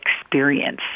experience